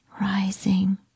rising